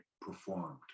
performed